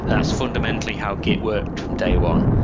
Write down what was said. that's fundamentally how git worked from day one.